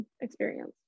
experience